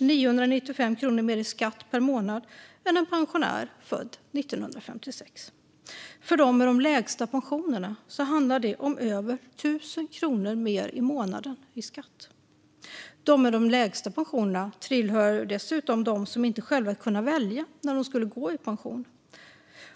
995 kronor mer i skatt per månad än en pensionär född 1956. För dem som har de lägsta pensionerna handlar det om över 1 000 kronor mer i skatt varje månad. De som har de lägsta pensionerna tillhör dessutom dem som ofta inte själva kunnat välja när de ska gå i pension.